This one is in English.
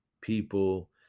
people